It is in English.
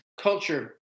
culture